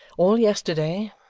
all yesterday,